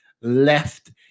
left